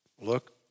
Look